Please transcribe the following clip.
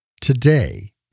today